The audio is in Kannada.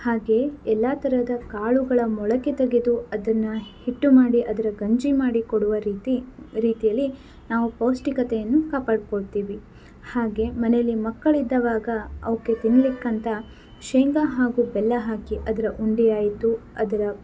ಹಾಗೆ ಎಲ್ಲ ತರಹದ ಕಾಳುಗಳ ಮೊಳಕೆ ತೆಗೆದು ಅದನ್ನ ಹಿಟ್ಟು ಮಾಡಿ ಅದರ ಗಂಜಿ ಮಾಡಿಕೊಡುವ ರೀತಿ ರೀತಿಯಲ್ಲಿ ನಾವು ಪೌಷ್ಟಿಕತೆಯನ್ನು ಕಾಪಾಡ್ಕೊಳ್ತೀವಿ ಹಾಗೆ ಮನೆಯಲ್ಲಿ ಮಕ್ಕಳು ಇದ್ದಾಗ ಅವಕ್ಕೆ ತಿನ್ಲಿಕ್ಕಂತ ಶೇಂಗಾ ಹಾಗು ಬೆಲ್ಲ ಹಾಕಿ ಅದರ ಉಂಡೆಯಾಯಿತು ಅದರ